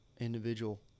individual